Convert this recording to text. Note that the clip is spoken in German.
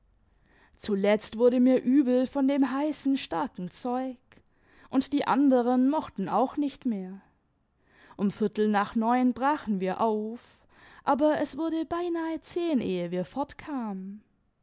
zuletzt wurde mir übel von dem heißen starken zeug und die anderen mochten auch nicht mehr um viertel nach neun brachen wir auf aber es wurde beinahe zehn ehe wir fortkamen